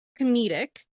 comedic